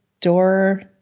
door